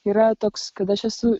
yra toks kad aš esu